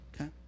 okay